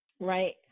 right